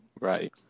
Right